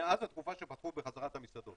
מאז התקופה שפתחו בחזרה את המסעדות,